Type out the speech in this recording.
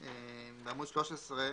בעמוד 13,